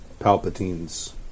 Palpatine's